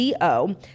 co